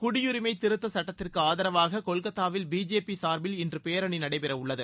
குடியரிமை திருத்த சுட்டத்திற்கு ஆதரவாக கொலக்தாவில் பிஜேபி சார்பில் இன்று பேரணி நடைபெறவுள்ளது